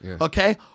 Okay